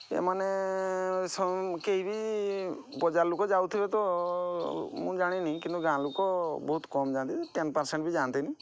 ଏମାନେ କେହିବି ବଜାର ଲୋକ ଯାଉଥିବେ ତ ମୁଁ ଜାଣିନି କିନ୍ତୁ ଗାଁ ଲୋକ ବହୁତ କମ୍ ଯାଆନ୍ତି ଟେନ୍ ପର୍ସେଣ୍ଟ୍ ବି ଯାଆନ୍ତିନି